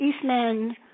eastman